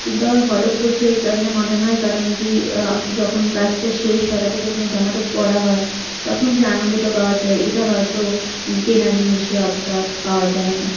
কিন্তু আমার ফলপ্রসূ এইকারণে মনে হয় কারণ কী যখন কাজটা শেষ হয় তারপর যখন ওই জামাটা পরা হয় তখন যে আনন্দটা পাওয়া যায় এটা হয়তো কেনা জিনিসে অতটা পাওয়া যায় না